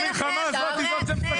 המלחמה שלכם --- לא לוקח עליהם צ'אנס.